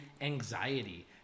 anxiety